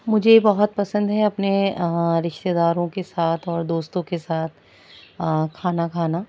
مجھے بہت پسند ہے اپنے رشتہ داروں کے ساتھ اور دوستوں کے ساتھ کھانا کھانا